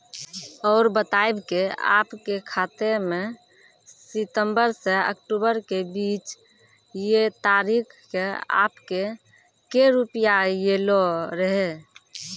और बतायब के आपके खाते मे सितंबर से अक्टूबर के बीज ये तारीख के आपके के रुपिया येलो रहे?